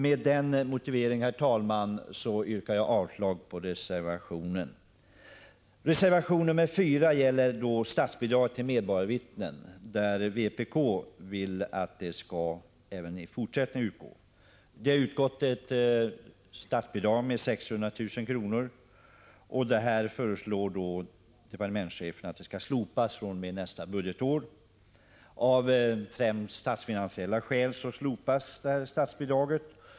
Med denna motivering yrkar jag avslag på denna reservation. Reservation nr 4 gäller statsbidraget till medborgarvittnen, vilket vpk vill skall utgå även i fortsättningen. Det har hittills utgått ett statsbidrag om 600 000 kr. Nu föreslår departementschefen att detta bidrag skall slopas fr.o.m. nästa budgetår främst av statsfinansiella skäl.